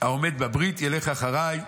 העומד בברית ילך אחרי.